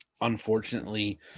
unfortunately